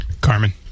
Carmen